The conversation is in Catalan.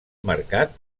mercat